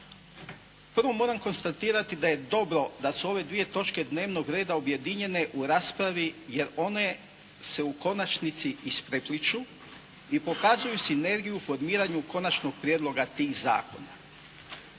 Prvo moram konstatirati da je dobro da su ove dvije točke dnevnog reda objedinjene u raspravi jer one se u konačnici isprepliću i pokazuju sinergiju u formiranju konačnog prijedloga tih zakona.